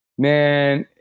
man